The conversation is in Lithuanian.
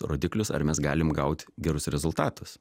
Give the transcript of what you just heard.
rodiklius ar mes galim gaut gerus rezultatus